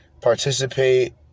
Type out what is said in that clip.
participate